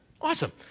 awesome